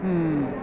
ഉം